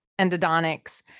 endodontics